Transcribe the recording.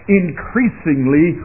increasingly